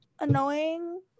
annoying